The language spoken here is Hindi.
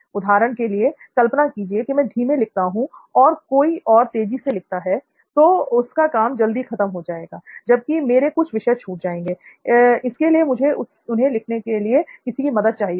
उदाहरण के लिए कल्पना कीजिए कि मैं धीमे लिखता हूं और कोई और तेजी से लिखता है तो उसका काम जल्दी खत्म हो जाएगा जबकि मेरे कुछ विषय छूट जाएंगे इसलिए मुझे उन्हें लिखने के लिए किसी की मदद चाहिए होगी